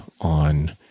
on